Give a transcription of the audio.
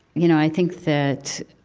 you know i think that